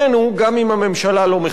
גם אם הממשלה לא מכבדת אותנו.